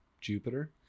Jupiter